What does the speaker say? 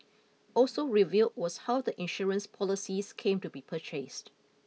also revealed was how the insurance policies came to be purchased